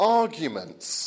arguments